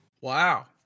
Wow